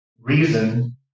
reason